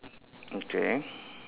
okay